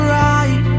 right